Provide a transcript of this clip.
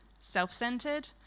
self-centered